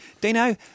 Dino